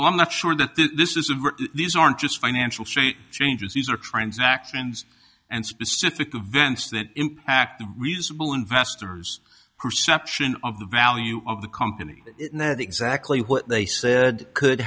i'm not sure that this is a very these aren't just financial shape changes these are transactions and specific vents that impact the reasonable investors perception of the value of the company exactly what they said could